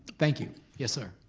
thank you, yes sir?